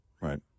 Right